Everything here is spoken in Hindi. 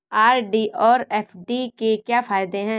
आर.डी और एफ.डी के क्या फायदे हैं?